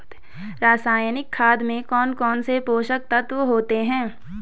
रासायनिक खाद में कौन कौन से पोषक तत्व होते हैं?